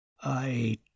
I